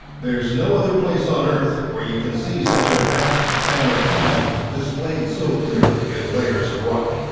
there's no other place on earth where you can see such a vast span of time displayed so clearly in layers of rock.